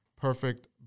perfect